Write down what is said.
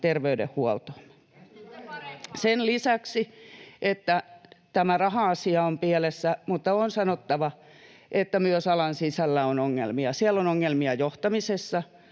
terveydenhuoltoon. Sen lisäksi, että tämä raha-asia on pielessä, on sanottava, että myös alan sisällä on ongelmia: siellä on ongelmia johtamisessa,